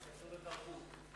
ההצעה להעביר את